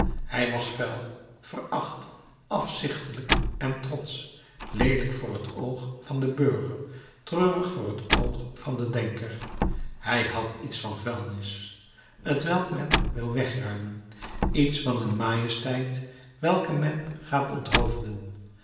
hij was vuil veracht afzichtelijk en trotsch leelijk voor het oog van den burger treurig voor het oog van den denker hij had iets van vuilnis t welk men wil wegruimen iets van een majesteit welke men gaat onthoofden